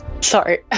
sorry